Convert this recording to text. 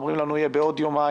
אומרים לנו: יהיה בעוד יומיים.